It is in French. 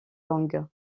longue